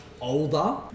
older